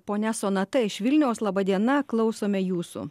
ponia sonata iš vilniaus laba diena klausome jūsų